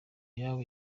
yabo